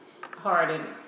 hardened